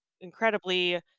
incredibly